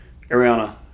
Ariana